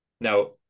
Now